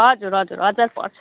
हजुर हजुर हजार पर्छ